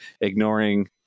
ignoring